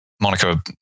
Monica